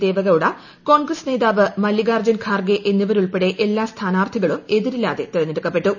ദേവഗൌഡ കോൺഗ്രസ്ക് നേതാവ് മല്ലികാർജുൻ ഖാർഗെ എന്നിവരുൾപ്പെടെ എല്ലാക് സ്ഥാനാർത്ഥികളും എതിരില്ലാതെ തെരഞ്ഞെടുക്കപ്പെട്ടു